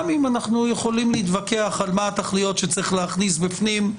אנחנו יכולים להתווכח על מה התכליות שצריך להכניס בפנים,